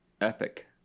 epic